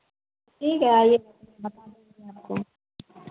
ठीक है आइएगा तो हम बता देंगे आपको